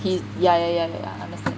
he ya ya ya ya ya understand